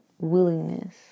willingness